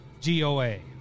G-O-A